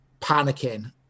panicking